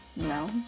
no